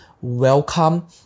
welcome